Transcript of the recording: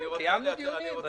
קיימנו דיונים, ודאי.